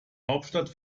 hauptstadt